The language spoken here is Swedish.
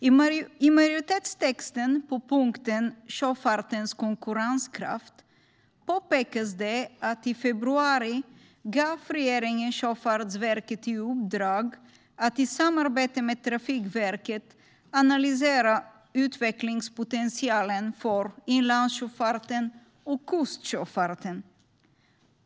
I majoritetstexten på punkten "Sjöfartens konkurrenskraft" påpekas att regeringen i februari gav Sjöfartsverket i uppdrag att i samarbete med Trafikverket analysera utvecklingspotentialen för inlandssjöfarten och kustsjöfarten.